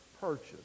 purchase